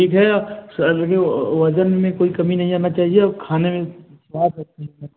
ठीक है सर लेकिन वज़न में कोई कमी नहीं आना चाहिए खाने में सवाद अच्छा हो